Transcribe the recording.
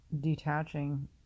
Detaching